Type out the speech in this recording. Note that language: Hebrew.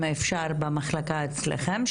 אם אפשר במחלקה אצלכם,